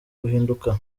guhinduka